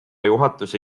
juhatuse